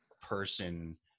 person